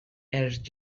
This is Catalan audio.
els